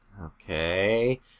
Okay